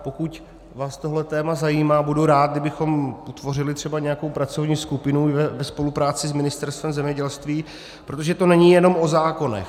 Pokud vás tohle téma zajímá, budu rád, kdybychom utvořili třeba nějakou pracovní skupinu ve spolupráci s Ministerstvem zemědělství, protože to není jenom o zákonech.